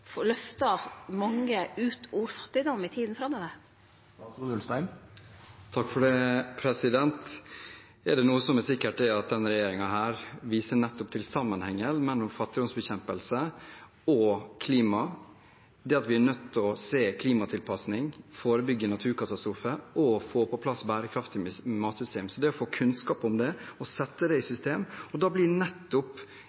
få til vassforsyning. Kvifor ønskjer ikkje regjeringa å satse endå meir på dette området når det er så grunnleggjande for å løfte mange ut av fattigdom i tida framover? Er det noe som er sikkert, er det at denne regjeringen viser nettopp til sammenhengen mellom fattigdomsbekjempelse og klima, at vi er nødt til å se på klimatilpasning, forebygge naturkatastrofer og få på plass bærekraftige matsystemer. En må få kunnskap om det og sette